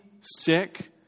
sick